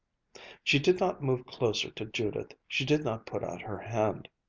she did not move closer to judith, she did not put out her hand.